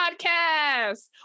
podcast